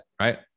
right